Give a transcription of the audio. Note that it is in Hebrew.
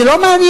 זה לא מעניין.